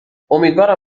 امیدوارم